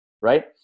Right